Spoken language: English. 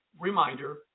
reminder